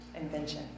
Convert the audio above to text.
invention